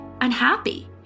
unhappy